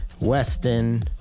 Weston